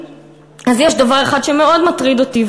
אז יש דבר אחד שמאוד מטריד אותי,